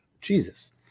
Jesus